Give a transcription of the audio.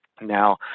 Now